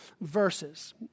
verses